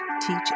Teach